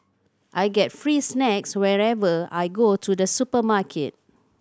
I get free snacks whenever I go to the supermarket